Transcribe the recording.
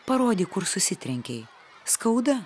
parodyk kur susitrenkei skauda